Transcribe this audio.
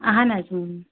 اَہَن حظ یِم